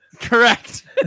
correct